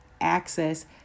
access